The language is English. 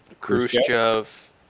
khrushchev